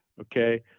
okay